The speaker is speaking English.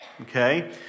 okay